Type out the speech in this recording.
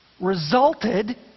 resulted